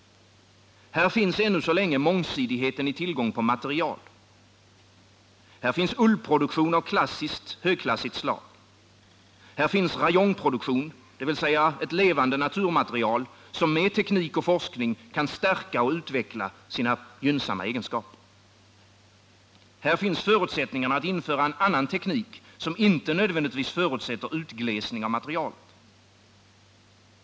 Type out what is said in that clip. Här finns ännu mångsidigheten i tillgången på material. Här finns ullproduktion av klassiskt, högklassigt slag. Här finns rayonproduktion, dvs. ett levande naturmaterial, som med teknik och forskning kan stärka och utveckla sina gynnsamma egenskaper. Här finns förutsättningarna att införa en annan teknik som inte nödvändigtvis förutsätter utglesning av materialet.